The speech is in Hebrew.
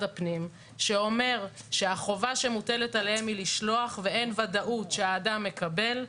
הפנים שאומר שהחובה שמוטלת עליהם היא לשלוח ואין ודאות שהאדם מקבל,